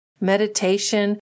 meditation